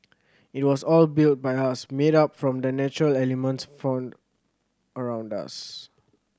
it was all built by us made up from the natural elements found around us